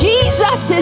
Jesus